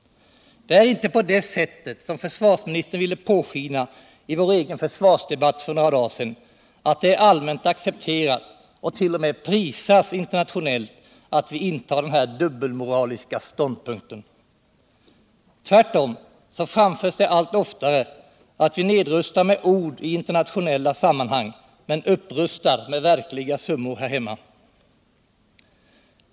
Det är inte på det sättet, som försvarsministern ville påskina i vår egen försvarsdebatt för några dagar sedan, att det är allmänt accepterat och t. 0. m. prisas internationellt att vi intar den här ”dubbelmoraliska” ståndpunkten. Tvärtom framförs det allt oftare att vi nedrustar med ord i internationella sammanhang men upprustar med verkliga summor här hemma.